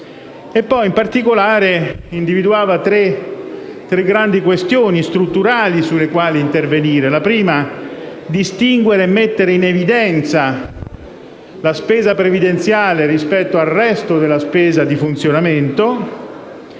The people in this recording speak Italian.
In particolare, esso individuava tre grandi questioni strutturali sulle quali intervenire: in primo luogo, distinguere e mettere in evidenza la spesa previdenziale rispetto al resto della spesa di funzionamento;